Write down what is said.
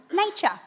nature